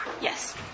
Yes